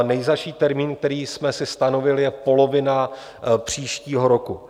Nejzazší termín, který jsme si stanovili, je polovina příštího roku.